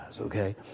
okay